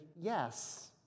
yes